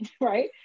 right